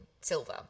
Silver